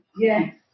Yes